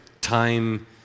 time